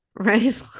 Right